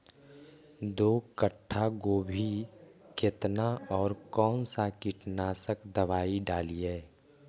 दो कट्ठा गोभी केतना और कौन सा कीटनाशक दवाई डालिए?